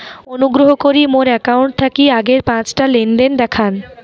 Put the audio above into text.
অনুগ্রহ করি মোর অ্যাকাউন্ট থাকি আগের পাঁচটা লেনদেন দেখান